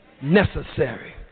necessary